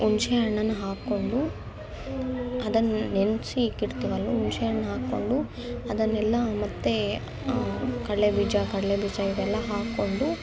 ಹುಣ್ಸೆಹಣ್ಣನ್ನ ಹಾಕೊಂಡು ಅದನ್ನ ನೆನೆಸಿ ಇಕ್ ಇಡ್ತೀವಲ್ವ ಹುಣ್ಸೇಹಣ್ಣನ್ನ ಹಾಕೊಂಡು ಅದನ್ನೆಲ್ಲ ಮತ್ತೆ ಕಡಲೇ ಬೀಜ ಕಡಲೇ ಬೀಜ ಇವೆಲ್ಲ ಹಾಕೊಂಡು